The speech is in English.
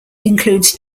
includes